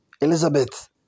Elizabeth